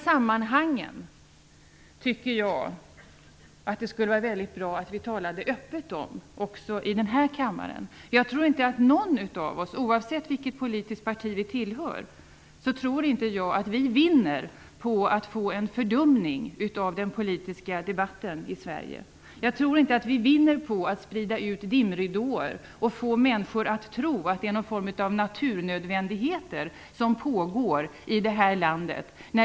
Jag tycker att det skulle vara väldigt bra om vi talade öppet om dessa sammanhang också i den här kammaren. Jag tror inte att någon av oss, oavsett vilket politiskt parti vi tillhör, vinner på att få en fördumning av den politiska debatten i Sverige. Jag tror inte att vi vinner på att sprida ut dimridåer och få människor att tro att det pågår någon form av naturnödvändigheter i det här landet.